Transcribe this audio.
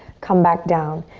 come back down.